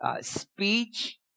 speech